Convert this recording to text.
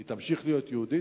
היא תמשיך להיות יהודית,